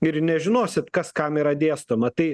ir nežinosit kas kam yra dėstoma tai